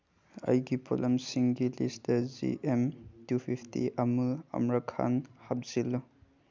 ꯑꯩꯒꯤ ꯄꯣꯠꯂꯝꯁꯤꯡꯒꯤ list G M two fifty ꯑꯝꯨꯜ ꯑꯝꯔꯥꯈꯥꯟ ꯍꯥꯞꯆꯤꯜꯂꯨ